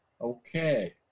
Okay